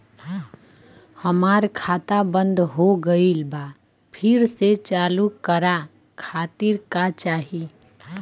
हमार खाता बंद हो गइल बा फिर से चालू करा खातिर का चाही?